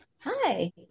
Hi